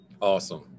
Awesome